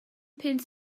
punt